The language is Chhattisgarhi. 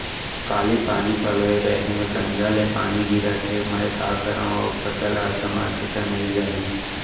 काली पानी पलोय रहेंव, संझा ले पानी गिरत हे, मैं का करंव अऊ फसल असमर्थ त नई जाही?